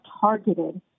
targeted